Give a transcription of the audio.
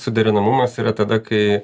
suderinamumas yra tada kai